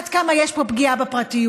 עד כמה יש פה פגיעה בפרטיות.